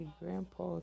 grandpa